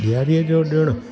ॾियारीअ जो ॾिणु